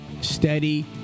steady